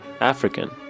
African